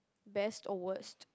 best or worst